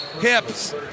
hips